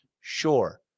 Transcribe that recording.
Sure